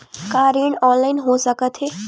का ऋण ऑनलाइन हो सकत हे?